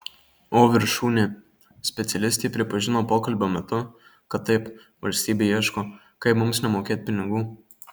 o viršūnė specialistė pripažino pokalbio metu kad taip valstybė ieško kaip mums nemokėt pinigų